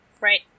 Right